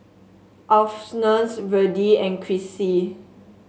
Alphonse Virdie and Chrissy